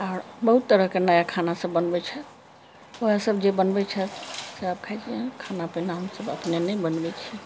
आर बहुत तरहके नया खाना सभ बनबै छथि ओहे सभ जे बनबै छथि सभ खाइ छी खाना पीना हमसभ अपने नहि बनबै छी